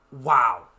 Wow